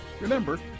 Remember